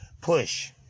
push